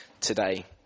today